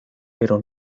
pero